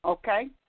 Okay